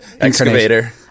Excavator